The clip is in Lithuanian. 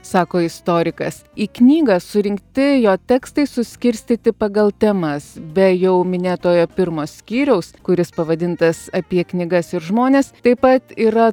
sako istorikas į knygą surinkti jo tekstai suskirstyti pagal temas be jau minėtojo pirmo skyriaus kuris pavadintas apie knygas ir žmones taip pat yra